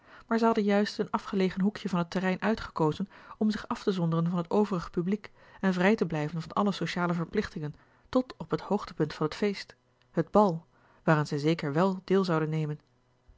maar zij hadden juist een afgelegen hoekje van het terrein uitgekozen om zich af te zonderen van het overig publiek en vrij te blijven van alle sociale verplichtingen tot op het hoogtepunt van het feest het bal waaraan zij zeker wel deel zouden nemen